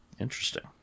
Interesting